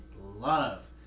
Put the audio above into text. love